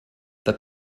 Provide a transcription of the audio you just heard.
the